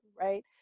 right